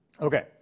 Okay